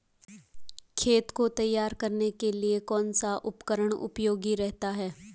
खेत को तैयार करने के लिए कौन सा उपकरण उपयोगी रहता है?